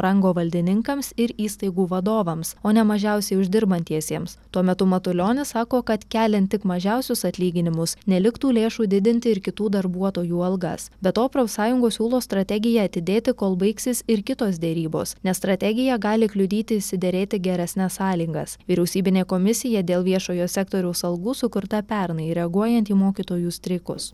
rango valdininkams ir įstaigų vadovams o ne mažiausiai uždirbantiesiems tuo metu matulionis sako kad keliant tik mažiausius atlyginimus neliktų lėšų didinti ir kitų darbuotojų algas be to profsąjungos siūlo strategiją atidėti kol baigsis ir kitos derybos nes strategija gali kliudyti išsiderėti geresnes sąlygas vyriausybinė komisija dėl viešojo sektoriaus algų sukurta pernai reaguojant į mokytojų streikus